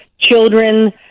children